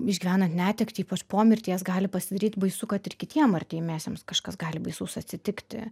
išgyvenant netektį ypač po mirties gali pasidaryt baisu kad ir kitiem artimiesiems kažkas gali baisaus atsitikti